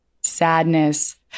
sadness